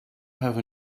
have